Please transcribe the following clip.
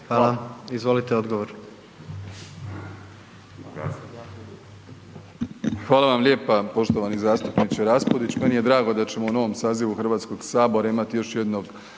Andrej (HDZ)** Hvala vam lijepa. Poštovani zastupniče Raspudić. Meni je drago da ćemo u novom sazivu Hrvatskog sabora imati još jednog